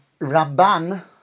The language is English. Rabban